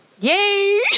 Yay